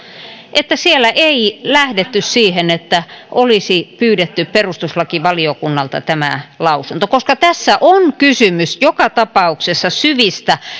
että siellä ei lähdetty siihen että olisi pyydetty perustuslakivaliokunnalta lausunto tässä on kysymys joka tapauksessa syvistä